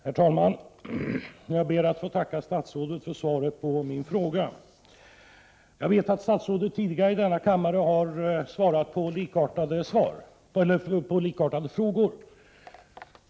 Herr talman! Jag ber att få tacka statsrådet för svaret på min fråga. Jag vet att statsrådet tidigare i denna kammare har svarat på likartade frågor.